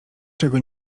czego